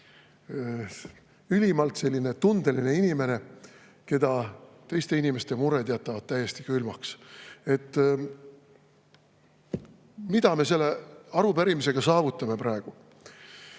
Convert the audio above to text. ülimalt selline tundeline inimene, keda teiste inimeste mured jätavad täiesti külmaks. Mida me selle arupärimisega saavutame praegu?